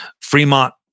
Fremont